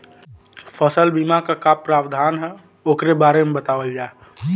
फसल बीमा क का प्रावधान हैं वोकरे बारे में बतावल जा?